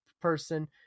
person